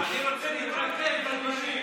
לא, אני רוצה להתרכז בדברים.